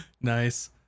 Nice